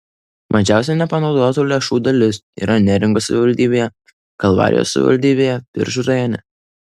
mažiausia nepanaudotų lėšų dalis yra neringos savivaldybėje kalvarijos savivaldybėje biržų rajone